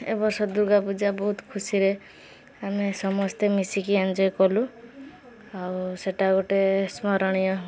ଏ ବର୍ଷ ଦୁର୍ଗା ପୂଜା ବହୁତ ଖୁସିରେ ଆମେ ସମସ୍ତେ ମିଶିକି ଏନ୍ଞ୍ଜୟେ କଲୁ ଆଉ ସେଟା ଗୋଟେ ସ୍ମରଣୀୟ